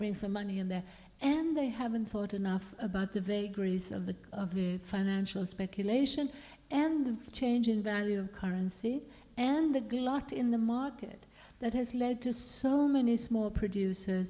bring some money in there and they haven't thought enough about the vagaries of the of the financial speculation and the changing value of currency and locked in the market that has led to so many small producer